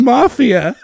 Mafia